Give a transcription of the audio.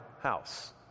house